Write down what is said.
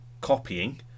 copying